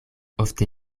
ofte